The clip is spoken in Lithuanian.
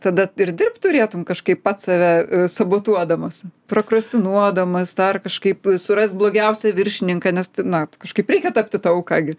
tada ir dirbt turėtum kažkaip pats save sabotuodamas prokrastinuodamas dar kažkaip surast blogiausią viršininką nes na kažkaip reikia tapti ta auka gi